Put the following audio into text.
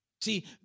See